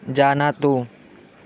जानातु